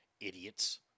Idiots